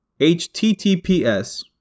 https